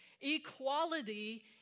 Equality